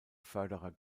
förderer